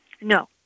No